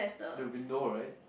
the window right